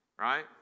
right